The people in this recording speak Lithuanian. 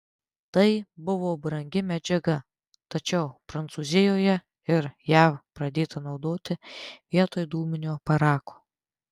tai buvo brangi medžiaga tačiau prancūzijoje ir jav pradėta naudoti vietoj dūminio parako